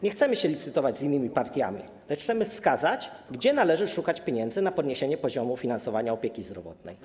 Nie chcemy się licytować z innymi partiami, lecz chcemy wskazać, gdzie należy szukać pieniędzy na podwyższenie poziomu finansowania opieki zdrowotnej.